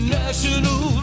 national